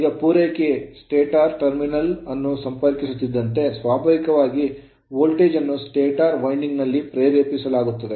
ಈಗ ಪೂರೈಕೆಯು stator stator terminal ಅನ್ನು ಸಂಪರ್ಕಿಸುತ್ತಿದ್ದಂತೆ ಸ್ವಾಭಾವಿಕವಾಗಿ ವೋಲ್ಟೇಜ್ ಅನ್ನು stator ಸ್ಟಾಟರ್ ವೈಂಡಿಂಗ್ ನಲ್ಲಿ ಪ್ರೇರೇಪಿಸಲಾಗುತ್ತದೆ